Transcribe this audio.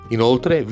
Inoltre